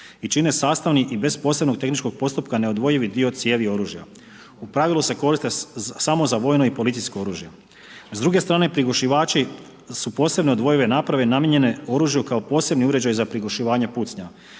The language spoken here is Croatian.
i čine sastavni i bez posebnog tehničkog postupka neodvojivi dio cijevi oružja. U pravilu se koriste samo za vojno i policijsko oružje. S druge strane prigušivači su posebno odvojive naprave namijenjene oružju kao posebni uređaj za prigušivanje pucnja.